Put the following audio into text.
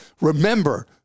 Remember